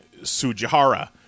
Sujihara